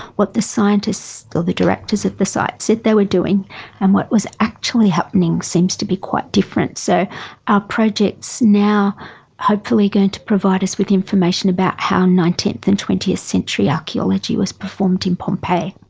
what the scientists or the directors of the site said they were doing and what was actually happening seems to be quite different. so our projects now are hopefully going to provide us with information about how nineteenth and twentieth century archaeology was performed in pompeii.